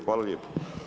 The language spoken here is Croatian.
Hvala lijepo.